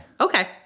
Okay